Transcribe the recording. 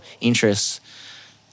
interests